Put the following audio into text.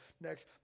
Next